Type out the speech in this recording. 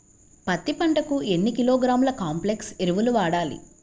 పత్తి పంటకు ఎన్ని కిలోగ్రాముల కాంప్లెక్స్ ఎరువులు వాడాలి?